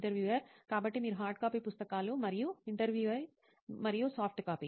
interviewer కాబట్టి మీరు hard copy పుస్తకాలు మరియు ఇంటర్వ్యూఈ మరియు సాఫ్ట్ కాపీ